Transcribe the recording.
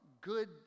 good